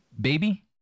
baby